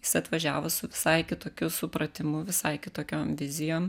jis atvažiavo su visai kitokiu supratimu visai kitokiom vizijom